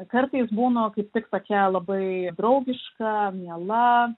kartais būnu kaip tik tokia labai draugiška miela